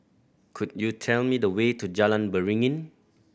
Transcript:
could you tell me the way to Jalan Beringin